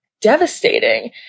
devastating